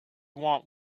want